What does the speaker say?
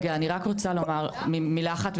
אני רק רוצה לומר מילה אחת.